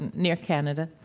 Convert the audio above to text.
and near canada,